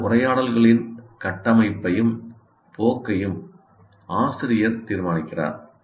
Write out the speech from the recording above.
இந்த உரையாடல்களின் கட்டமைப்பையும் போக்கையும் ஆசிரியர் தீர்மானிக்கிறார்